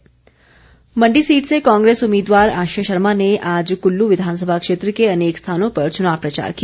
आश्रय शर्मा मण्डी सीट से कांग्रेस उम्मीदवार आश्रय शर्मा ने आज कुल्लू विधानसभा क्षेत्र के अनेक स्थानों पर चुनाव प्रचार किया